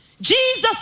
Jesus